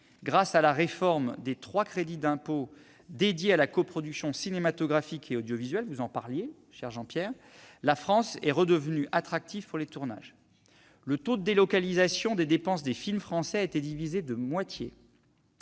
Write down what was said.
Grâce à la réforme des trois crédits d'impôt dédiés à la production cinématographique et audiovisuelle, la France est redevenue attractive pour les tournages. Le taux de délocalisation des dépenses des films français a été divisé par deux.